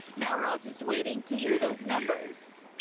now we're all just waiting to hear those numbers.